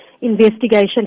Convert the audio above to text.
investigation